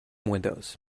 windows